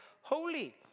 holy